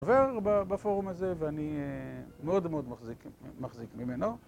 עובר ב...בפורום הזה ואני מאוד מאוד מחזיק מ... מחזיק ממנו